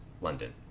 London